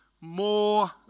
more